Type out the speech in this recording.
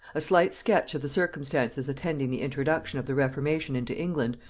a slight sketch of the circumstances attending the introduction of the reformation into england,